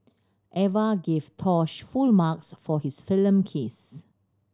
Eva gave Tosh full marks for his film kiss